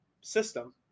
System